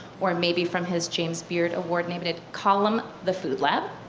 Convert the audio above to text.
or maybe from his james beard award nominated column the food lab.